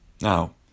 Now